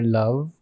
love